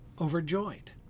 overjoyed